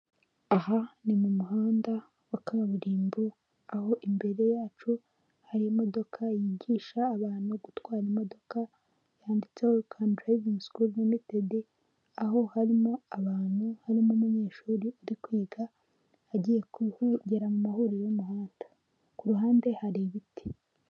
Uyu ni umugore ubona usa nkukuze umurebye neza ku maso he harakeye cyane, yambaye amadarubindi ndetse n'ikote ry'umukara n'ishati y'ubururu umusatsi we urasokoje.